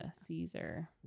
Caesar